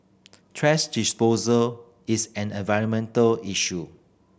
thrash disposal is an environmental issue